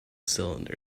cylinder